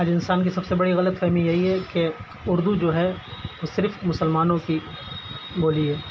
ہر انسان کی سب بڑی غلط فہمی یہی ہے کہ اردو جو ہے وہ صرف مسلمانوں کی بولی ہے